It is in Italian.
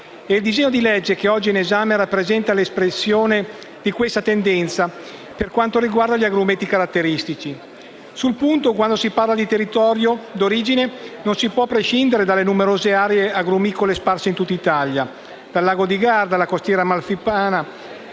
il disegno di legge oggi in esame rappresenta l'espressione di questa tendenza per quanto riguarda gli agrumeti caratteristici. Sul punto, quando si parla di territorio d'origine, non si può prescindere dalle numerose aree agrumicole sparse in tutta Italia. Dal lago di Garda alla costiera amalfitana